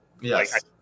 yes